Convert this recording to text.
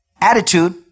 Attitude